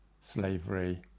slavery